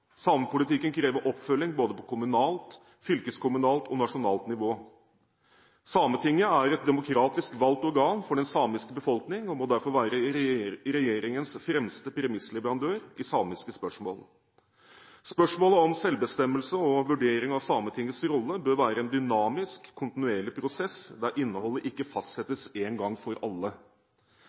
Samepolitikken krever oppfølging på både kommunalt, fylkeskommunalt og nasjonalt nivå. Sametinget er et demokratisk valgt organ for den samiske befolkning og må derfor være regjeringens fremste premissleverandør i samiske spørsmål. Spørsmål om selvbestemmelse og vurdering av Sametingets rolle bør være en dynamisk, kontinuerlig prosess, der innholdet ikke fastsettes en gang for alle.